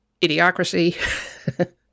idiocracy